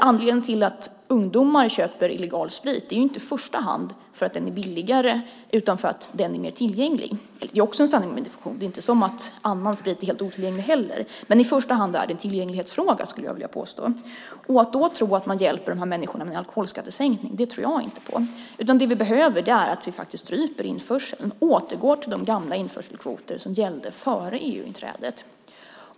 Anledningen till att ungdomar köper illegal sprit är inte i första hand att den är billigare utan att den är mer tillgänglig. Det är dock en sanning med modifikation. Det är inte så att annan sprit är helt otillgänglig, men i första hand är det ändå en tillgänglighetsfråga, skulle jag vilja påstå. Att man skulle hjälpa dessa människor genom en alkoholskattesänkning tror jag inte på. Det vi behöver göra är att strypa införseln och återgå till de gamla införselkvoter som gällde före EU-inträdet.